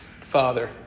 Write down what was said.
Father